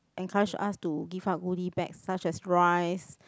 encourage us to give us goodies bag such as rices